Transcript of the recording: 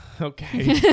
okay